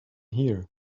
here